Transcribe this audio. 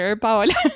Paola